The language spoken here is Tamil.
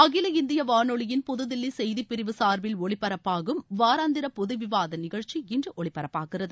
அகில இந்திய வானொலியின் புதுதில்லி செய்திப்பிரிவு சார்பில் ஒலிபரப்பாகும் வாராந்திர ாொது விவாத நிகழ்ச்சி இன்று ஒலிபரப்பாகிறது